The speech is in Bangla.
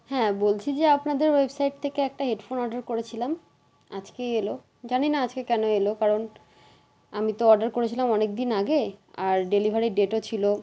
হ্যাঁ বলছি যে আপনাদের ওয়েবসাইট থেকে একটা হেডফোন অর্ডার করেছিলাম আজকেই এলো জানি না আজকে কেন এলো কারণ আমি তো অর্ডার করেছিলাম অনেক দিন আগে আর ডেলিভারির ডেটও ছিলো